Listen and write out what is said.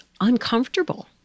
uncomfortable